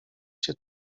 cię